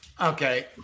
Okay